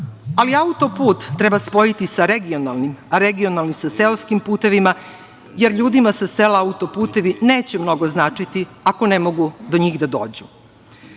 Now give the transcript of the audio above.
ali autoput treba spojiti sa regionalnim, a regionalni sa seoskim putevima, jer ljudima sa sela, autoputevi neće mnogo značiti, ako ne mogu do njih da dođu. Kada